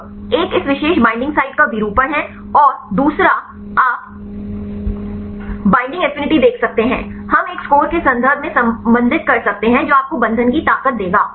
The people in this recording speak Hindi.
तो एक इस विशेष बाइंडिंग साइट का विरूपण है और दूसरा आप बईंडिंग एफिनिटी देख सकते हैं हम एक स्कोर के संदर्भ में संबंधित कर सकते हैं जो आपको बंधन की ताकत देगा